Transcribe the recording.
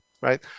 right